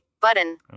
button